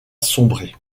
sombrer